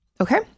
Okay